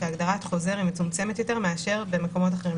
כהגדרת חוזר מצומצמת יותר מבמקומות אחרים,